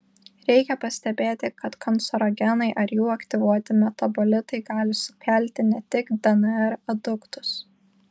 reikia pastebėti kad kancerogenai ar jų aktyvuoti metabolitai gali sukelti ne tik dnr aduktus